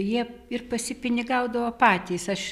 jie ir pasipinigaudavo patys aš